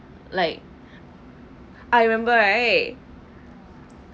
like I remember eh